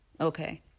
okay